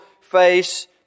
face